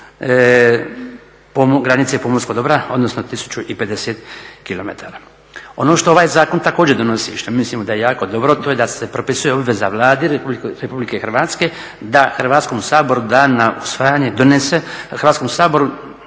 granice pomorskog dobra, odnosno 1050 kilometara. Ono što ovaj zakon također donosi i što mislimo da je jako dobro, to je da se propisuje obveza Vladi RH da Hrvatskom saboru da na usvajanje, donese Hrvatskom saboru